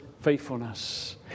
faithfulness